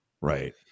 right